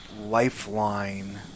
lifeline